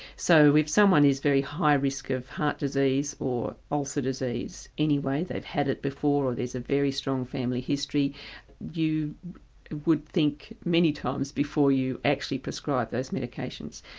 so if someone is at very high risk of heart disease or ulcer disease, anyway they've had it before or there's a very strong family history you would think many times before you actually prescribe those medications.